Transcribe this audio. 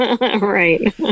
Right